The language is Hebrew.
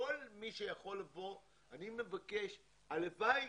כול מי שיכול לבוא, אני מבקש הלוואי